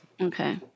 Okay